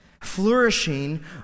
Flourishing